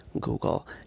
Google